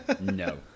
No